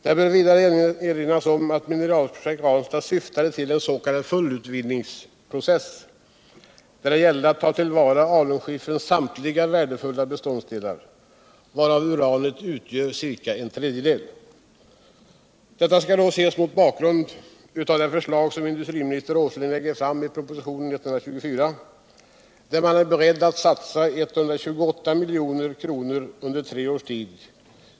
Det bör vidare erinras om att Mineralpro Energiforskning, jekt Ranstad syftade till en s.k. fullutvinningsprocess, som innebar att man skulle ta till vara alunskifferns samtliga värdefulla beståndsdelar, varav uranet utgör ca en tredjedel. Detta skall ses mot bakgrund av det förslag som industriminister Åsling lägger fram i propositionen 124, där man är beredd att satsa 128 milj.kr. under en treårsperiod.